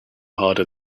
harder